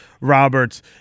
Roberts